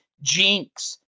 jinx